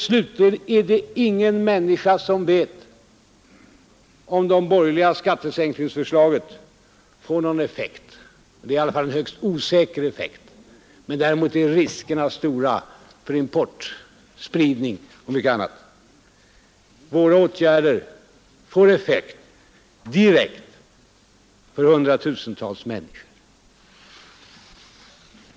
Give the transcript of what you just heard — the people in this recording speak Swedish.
Slutligen är det ingen människa som vet om de borgerliga skattesänkningsförslagen får någon effekt — i varje fall är det en högst osäker effekt, men däremot är riskerna stora för importspridning och mycket annat. Våra åtgärder får effekt direkt för hundratusentals människor.